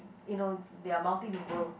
you know they are multilingual